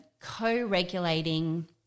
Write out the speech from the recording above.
co-regulating